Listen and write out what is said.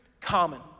common